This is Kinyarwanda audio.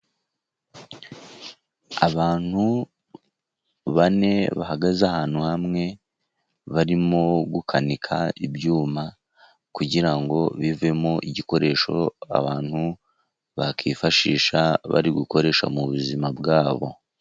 Abantu bane bahagaze ahantu hamwe, barimo gukanika ibyuma kugira ngo bivemo igikoresho abantu bakifashisha, bari gukoresha mu buzima bwabo.